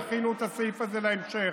דחינו את הסעיף הזה להמשך.